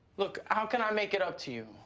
look, how can i make it up to you?